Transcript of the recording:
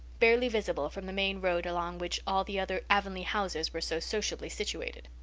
barely visible from the main road along which all the other avonlea houses were so sociably situated.